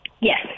Yes